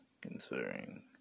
considering